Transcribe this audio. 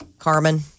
Carmen